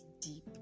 deep